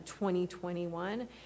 2021